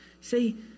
See